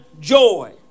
joy